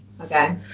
Okay